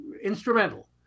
instrumental